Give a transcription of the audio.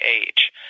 age